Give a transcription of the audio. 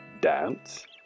dance